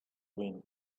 wind